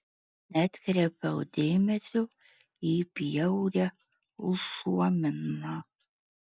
neatkreipiau dėmesio į bjaurią užuominą